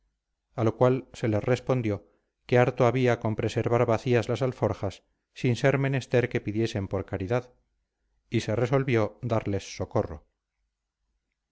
a lo cual se les respondió que harto había con presentar vacías las alforjas sin ser menester que pidiesen por caridad y se resolvió darles socorro